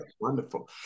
wonderful